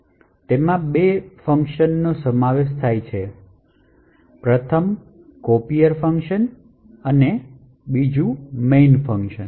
તેમાં બે ફંકશનનો સમાવેશ થાય છે પ્રથમ copier ફંક્શન અને મેઇન ફંક્શન